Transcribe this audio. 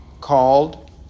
called